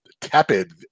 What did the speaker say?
tepid